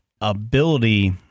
ability